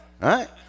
Right